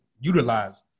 Utilize